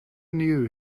knew